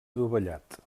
adovellat